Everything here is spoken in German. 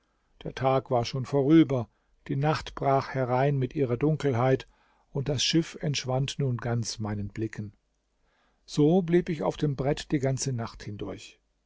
der tag war schon vorüber die nacht brach herein mit ihrer dunkelheit und das schiff entschwand nun ganz meinen blicken so blieb ich auf dem brett die ganze nacht hindurch